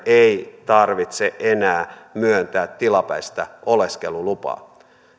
ei tarvitse enää myöntää tilapäistä oleskelulupaa